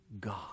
God